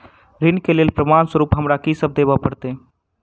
ऋण केँ लेल प्रमाण स्वरूप हमरा की सब देब पड़तय?